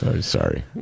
Sorry